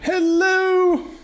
Hello